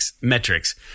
metrics